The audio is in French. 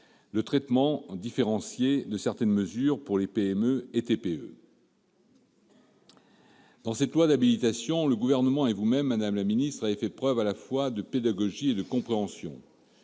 le traitement différencié de certaines mesures pour les PME et TPE. Dans cette loi d'habilitation, le Gouvernement et vous-même, madame la ministre, avez fait preuve à la fois de pédagogie et de compréhension.